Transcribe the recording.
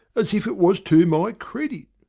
as if it was to my credit!